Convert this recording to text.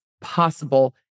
possible